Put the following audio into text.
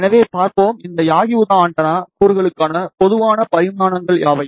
எனவே பார்ப்போம் இந்த Yagi Uda antenna Yagi - Uda antenna கூறுகளுக்கான பொதுவான பரிமாணங்கள் யாவை